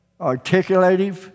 articulative